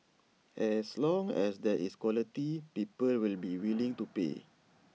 as long as there is quality people will be willing to pay